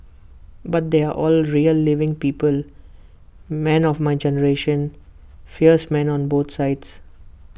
but they are all real living people men of my generation fierce men on both sides